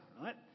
right